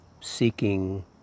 seeking